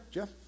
Jeff